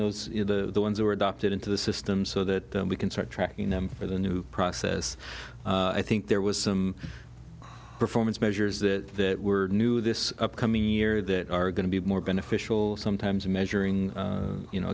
are the ones who are adopted into the system so that we can start tracking them for the new process i think there was some performance measures that were new this upcoming year that are going to be more beneficial sometimes measuring you know